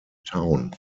town